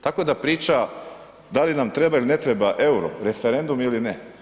Tako da priča da li nam treba ili ne treba euro, referendum ili ne.